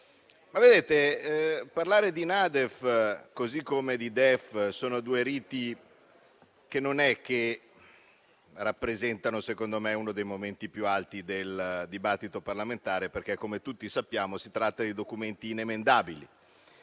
senatori, parlare di NADEF, così come di DEF, è un rito che non rappresenta, secondo me, uno dei momenti più alti del dibattito parlamentare, perché, come tutti sappiamo, si tratta di documenti inemendabili.